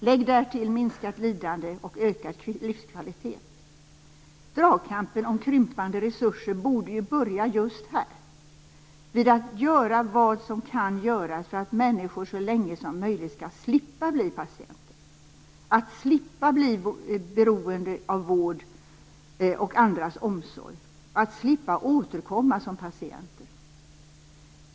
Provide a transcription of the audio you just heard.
Lägg därtill minskat lidande och ökad livskvalitet. Dragkampen om krympande resurser borde börja just här - med att man gör vad som kan göras för att människor så länge som möjligt skall slippa bli patienter, slippa bli beroende av vård och andras omsorg och slippa återkomma som patienter.